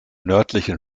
nördlichen